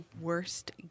worst